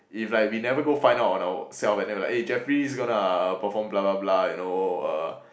if like we never go find out on ourselves and then like eh Jeffrey is gonna perform blah blah blah you know uh